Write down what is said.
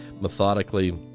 Methodically